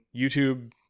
YouTube